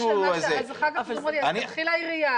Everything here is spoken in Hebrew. אז אחר כך אמרו לי, לכי לעירייה.